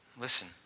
Listen